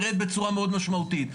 ירד בצורה מאוד משמעותית.